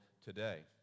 today